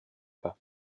pas